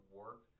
work